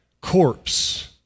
corpse